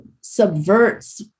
Subverts